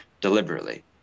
deliberately